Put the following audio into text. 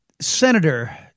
Senator